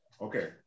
Okay